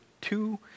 two